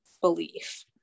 belief